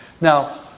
Now